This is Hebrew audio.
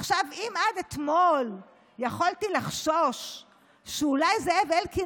עד אתמול יכולתי לחשוש שאולי זאב אלקין